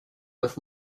with